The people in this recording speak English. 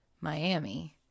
Miami